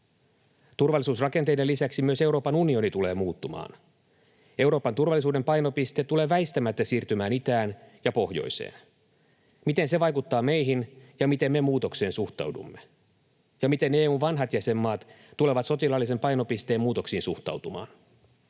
Turvallisuusrakenteiden lisäksi myös Euroopan unioni tulee muuttumaan. Euroopan turvallisuuden painopiste tulee väistämättä siirtymään itään ja pohjoiseen. Miten se vaikuttaa meihin ja miten me muutokseen suhtaudumme? Ja miten EU:n vanhat jäsenmaat tulevat sotilaallisen painopisteen muutoksiin suhtautumaan?